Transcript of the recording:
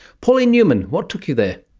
pauline newman, what took you there?